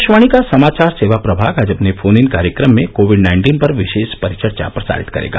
आकाशवाणी का समाचार सेवा प्रभाग आज अपने फोन इन कार्यक्रम में कोविड नाइन्टीन पर विशेष परिचर्चा प्रसारित करेगा